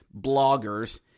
bloggers